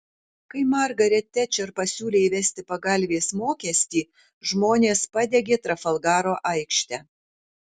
kai margaret tečer pasiūlė įvesti pagalvės mokestį žmonės padegė trafalgaro aikštę